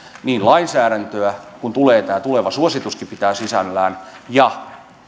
lainsäädäntöä ja sitä mitä tämä tuleva suosituskin pitää sisällään ja